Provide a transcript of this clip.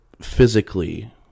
physically